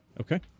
okay